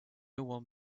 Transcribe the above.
one